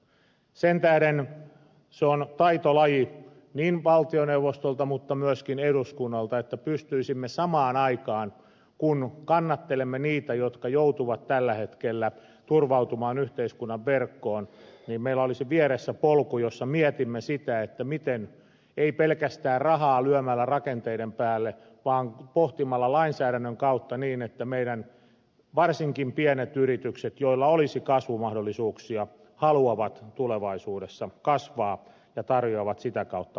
sen tähden se on taitolaji niin valtioneuvostolta kuin myöskin eduskunnalta että samaan aikaan kun kannattelemme niitä jotka joutuvat tällä hetkellä turvautumaan yhteiskunnan verkkoon meillä olisi vieressä polku jolla mietimme sitä miten asia hoidetaan emme pelkästään löisi rahaa rakenteiden päälle vaan pohtisimme lainsäädännön kautta niin että meidän varsinkin pienet yrityksemme joilla olisi kasvumahdollisuuksia haluavat tulevaisuudessa kasvaa ja tarjoavat sitä kautta mahdollisuutta työllistämiselle